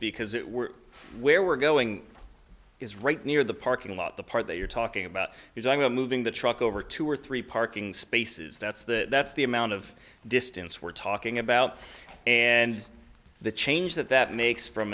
because it we're where we're going is right near the parking lot the part that you're talking about is i'm not moving the truck over two or three parking spaces that's that that's the amount of distance we're talking about and the change that that makes from